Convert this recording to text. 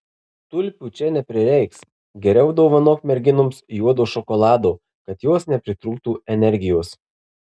tulpių čia neprireiks geriau dovanok merginoms juodo šokolado kad jos nepritrūktų energijos